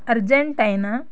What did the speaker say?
Argentina